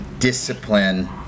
discipline